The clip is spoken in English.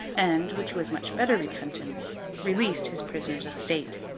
and which was much better repentance released his prisoners of state,